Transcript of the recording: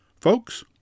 Folks